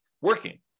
working